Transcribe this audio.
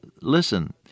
Listen